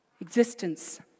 existence